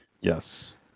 Yes